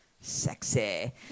sexy